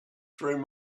through